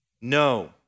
No